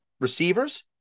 receivers